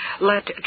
let